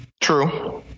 true